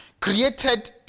Created